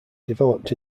developed